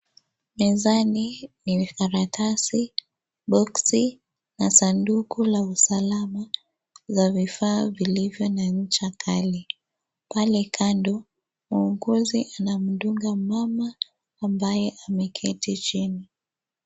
Mezani ni karatasi boxi na sanduku la usalama za vifaa vilivyo na ncha kali pale kando muuguzi anamdunga mama ambaye ameketi chini.